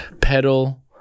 pedal